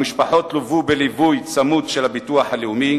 המשפחות לוו בליווי צמוד של הביטוח הלאומי,